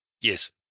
yes